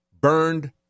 burned